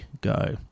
go